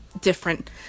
different